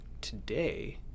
today